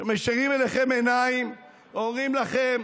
שמישירים אליכם עיניים ואומרים לכם: